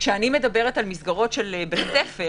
כשאני מדברת על מסגרות של בית ספר,